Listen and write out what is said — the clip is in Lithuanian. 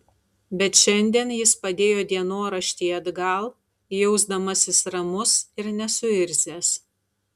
bet šiandien jis padėjo dienoraštį atgal jausdamasis ramus ir nesuirzęs